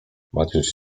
maciuś